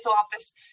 office